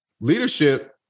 leadership